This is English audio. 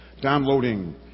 downloading